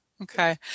Okay